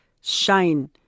shine